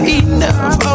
enough